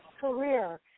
career